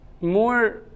more